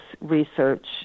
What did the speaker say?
research